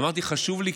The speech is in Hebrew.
אמרתי: חשוב לי,